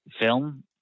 film